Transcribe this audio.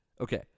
Okay